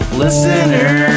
listener